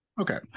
Okay